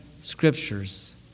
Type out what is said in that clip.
scriptures